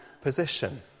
position